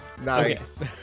nice